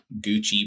Gucci